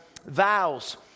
vows